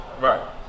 right